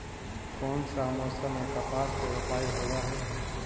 कोन सा मोसम मे कपास के रोपाई होबहय?